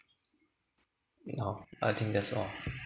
no I think that's all